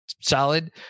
solid